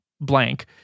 blank